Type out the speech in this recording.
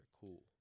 cool